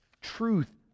Truth